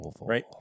Right